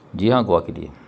جی ہاں گوا کے لیے